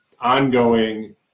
ongoing